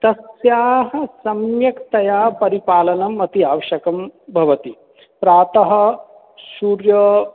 तस्याः सम्यक्तया परिपालनम् अति आवश्यकं भवति प्रातः सूर्य